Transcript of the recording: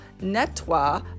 nettoie